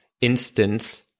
instance